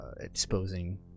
exposing